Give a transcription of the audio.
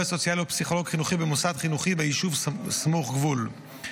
עובד סוציאלי או פסיכולוג חינוכי במוסד חינוכי ביישוב סמוך גבול).